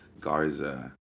Garza